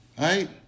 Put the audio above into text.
Right